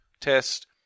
test